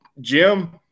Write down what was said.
Jim